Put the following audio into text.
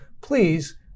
Please